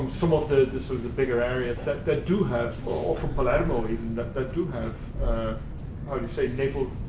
um some of the the sort of bigger areas that that do have or for palermo, even, that ah do have how do you say, naval,